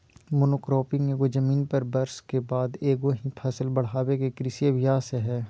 monocropping एगो जमीन पर वर्ष के बाद एगो ही फसल वर्ष बढ़ाबे के कृषि अभ्यास हइ